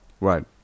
Right